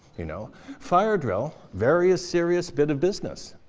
you know fire drill, very serious bit of business,